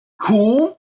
cool